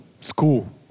school